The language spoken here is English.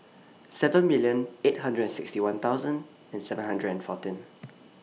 seven million eight hundred and sixty one thousand and seven hundred fourteen